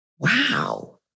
Wow